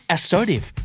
Assertive